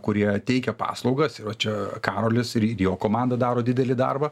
kurie teikia paslaugas ir va čia karolis ir jo komanda daro didelį darbą